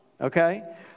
okay